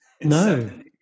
No